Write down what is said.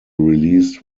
released